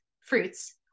fruits